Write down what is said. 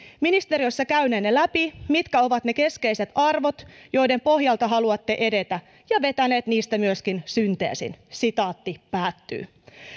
ministeriössä käyneenne läpi mitkä ovat ne keskeiset arvot joiden pohjalta haluatte edetä ja vetäneenne niistä myöskin synteesin sitaatti päättyy